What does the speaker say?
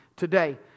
Today